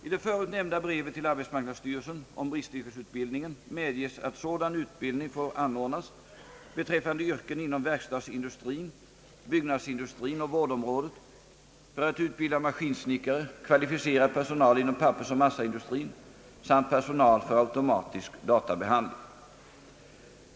I det förut nämnda brevet till arbetsmarknadsstyrelsen om bristyrkesutbildningen medges att sådan utbildning får anordnas beträffande yrken inom verkstadsindustrien, byggnadsindustrien och vårdområdet, för att utbilda maskinsnickare, kvalificerad personal inom pappersoch massaindustrien samt personal för automatisk databe handling.